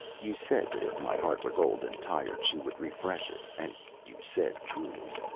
you said that if my heart was old and tired she would refresh it, and you said truly.